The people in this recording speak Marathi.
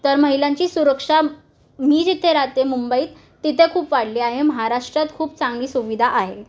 तर महिलांची सुरक्षा मी जिथे राहते मुंबईत तिथे खूप वाढली आहे महाराष्ट्रात खूप चांगली सुविधा आहे